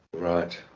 Right